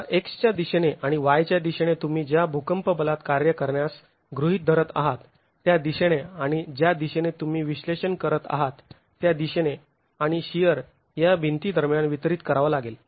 आता x च्या दिशेने आणि y च्या दिशेने तुम्ही ज्या भूकंप बलात कार्य करण्यास गृहीत धरत आहात त्या दिशेने आणि ज्या दिशेने तुम्ही विश्लेषण करत आहात त्या दिशेने आणि शिअर या भिंती दरम्यान वितरित करावा लागेल